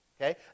Okay